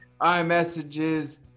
iMessages